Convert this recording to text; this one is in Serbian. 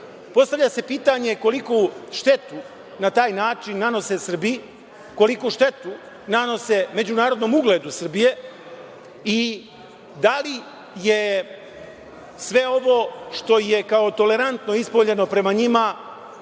Srbija. Postavlja se pitanje koliku štetu na taj način nanose Srbiji, koliku štetu nanose međunarodnom ugledu Srbije i da li je sve ovo što je kao tolerantno ispoljeno prema njima